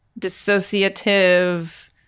dissociative